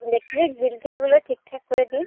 এই বিল টিলগুলো ঠিকঠাক করে দিন